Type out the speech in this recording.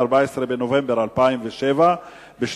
14 בנובמבר 2007. אומנם,